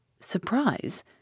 Surprise